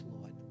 Lord